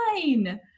fine